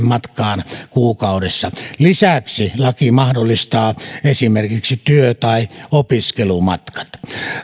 matkaan kuukaudessa lisäksi laki mahdollistaa esimerkiksi työ tai opiskelumatkat